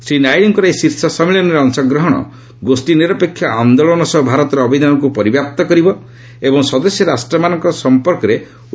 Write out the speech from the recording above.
ଶ୍ରୀ ନାଇଡୁଙ୍କର ଏହି ଶୀର୍ଷ ସମ୍ମିଳନୀରେ ଅଂଶଗ୍ରହଣ ଗୋଷ୍ଠୀ ନିରପେକ୍ଷ ଆନ୍ଦୋଳନ ସହ ଭାରତର ଅବଦାନକୁ ପରିବ୍ୟାପ୍ତ କରିବ ଏବଂ ସଦସ୍ୟ ରାଷ୍ଟ୍ରମାନଙ୍କ ସହ ସମ୍ପର୍କରେ ଉନ୍ନତି ଆଣିପାରିବ